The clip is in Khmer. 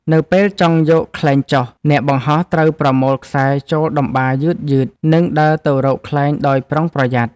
នៅពេលចង់យកខ្លែងចុះ អ្នកបង្ហោះត្រូវប្រមូលខ្សែចូលតម្បារយឺតៗ និងដើរទៅរកខ្លែងដោយប្រុងប្រយ័ត្ន។